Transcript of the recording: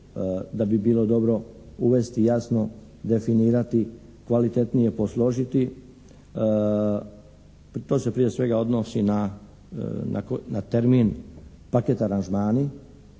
da bi bilo dobro uvesti, jasno definirati, kvalitetnije posložiti. To se prije svega odnosi na termin paket aranžmani